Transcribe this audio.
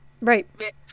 right